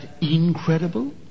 incredible